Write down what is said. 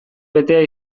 betea